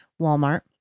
Walmart